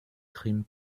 crime